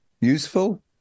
Useful